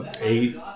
eight